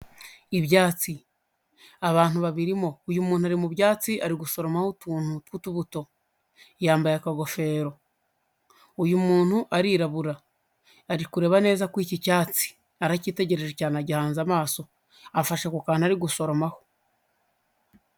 Ibyatsi, abantu babirimo uyu muntu ari mu byatsi ari gusoroma n' utuntu tw'utubuto, yambaye akagofero, uyu muntu arirabura ari kureba neza kuri iki cyatsi, aracyitegereje cyane agihanze amaso afasha ku kantu ari gusoromaho.